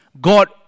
God